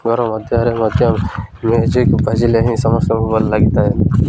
ଘର ମଧ୍ୟରେ ମଧ୍ୟ ମ୍ୟୁଜିକ୍ ବାଜିଲେ ହିଁ ସମସ୍ତଙ୍କୁ ଭଲ ଲାଗିଥାଏ